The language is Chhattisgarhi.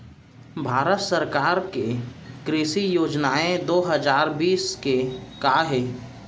भारत सरकार के कृषि योजनाएं दो हजार बीस के का हे?